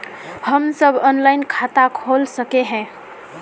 हम सब ऑनलाइन खाता खोल सके है?